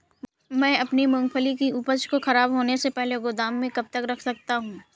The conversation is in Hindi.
मैं अपनी मूँगफली की उपज को ख़राब होने से पहले गोदाम में कब तक रख सकता हूँ?